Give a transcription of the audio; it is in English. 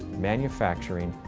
manufacturing,